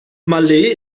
malé